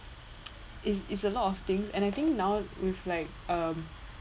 it's it's a lot of things and I think now with like um